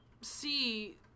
see